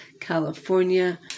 California